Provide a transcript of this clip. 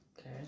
Okay